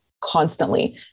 constantly